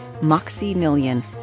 MoxieMillion